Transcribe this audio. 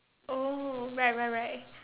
oh right right right